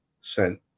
sent